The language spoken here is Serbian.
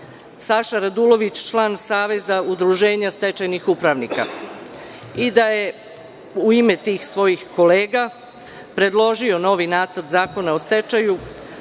Saša Radulović član Saveza udruženja stečajnih upravnika i da je u ime tih svojih kolega predložio novi nacrt zakona o stečaju,